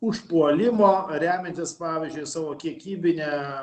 užpuolimo remiantis pavyzdžiui savo kiekybine